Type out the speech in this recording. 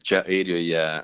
čia airijoje